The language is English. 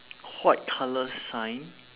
white colour sign